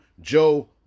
Joe